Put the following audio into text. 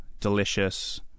delicious